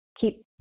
keep